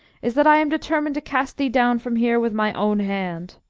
is that i am determined to cast thee down from here with my own hand!